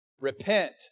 Repent